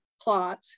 plot